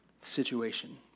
situation